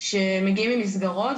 שמגיעים ממסגרות,